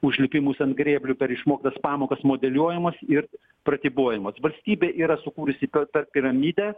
užlipimus ant grėblių per išmoktas pamokas modeliuojamos ir pratybuojamos valstybė yra sukūrusi pe per piramidę